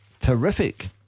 terrific